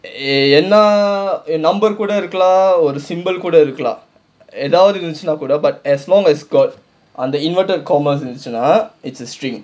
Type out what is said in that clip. என்னா:ennaa number கூட இருக்கலாம் ஒரு:kooda irukkalaam oru symbol கூட இருக்கலாம் ஏதாவது இருந்துச்சுன்னா கூட:kooda irukkalaam ethaavathu irunthuchunaa kooda but as long as got on the inverted commas இருந்துச்சுன்னா கூட:irunthuchunaa kooda it's a string